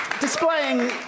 Displaying